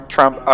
Trump